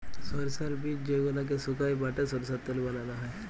সরষার বীজ যেগলাকে সুকাই বাঁটে সরষার তেল বালাল হ্যয়